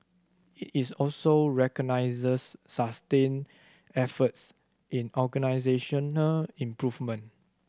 it is also recognises sustained efforts in organisational improvement